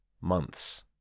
months